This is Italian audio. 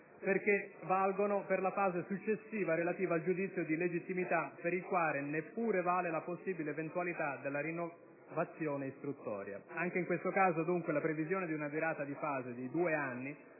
perché valgono per la fase successiva, relativa al giudizio di legittimità, per il quale neppure vale la possibile eventualità della rinnovazione istruttoria. Anche in questo caso, dunque, la previsione di una durata di fase di due anni